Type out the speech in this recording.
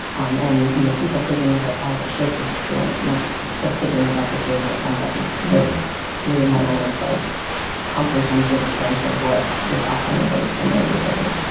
um and you know people thinking of it as a showcase experience, not just thinking about the series that comes up next, but really having this like comprehensive sense of what this offering is from radiotopia